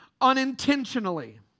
unintentionally